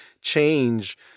change